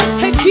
hey